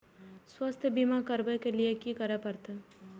स्वास्थ्य बीमा करबाब के लीये की करै परतै?